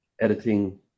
editing